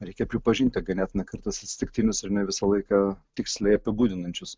reikia pripažinti ganėtinai kartais atsitiktinius ir ne visą laiką tiksliai apibūdinančius